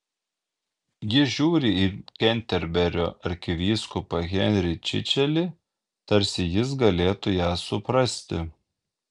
ji žiūri į kenterberio arkivyskupą henrį čičelį tarsi jis galėtų ją suprasti